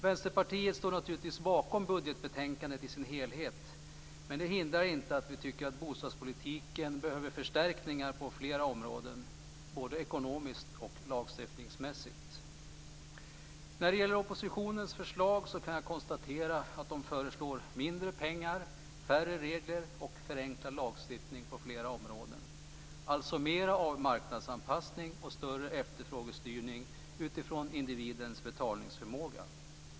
Vänsterpartiet står naturligtvis bakom budgetbetänkandet i dess helhet men det hindrar inte att vi tycker att bostadspolitiken behöver förstärkningar på flera områden, både ekonomiskt och lagstiftningsmässigt. Jag kan konstatera att oppositionen föreslår mindre pengar, färre regler och en förenklad lagstiftning på flera områden, alltså mer av marknadsanpassning och en större efterfrågestyrning utifrån individens betalningsförmåga.